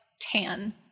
tan